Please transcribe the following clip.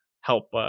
help